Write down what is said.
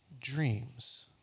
dreams